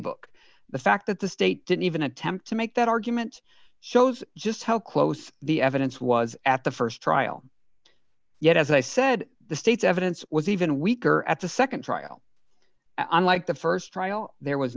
book the fact that the state didn't even attempt to make that argument shows just how close the evidence was at the st trial yet as i said the state's evidence was even weaker at the nd trial unlike the st trial there was